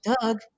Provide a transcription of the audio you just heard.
Doug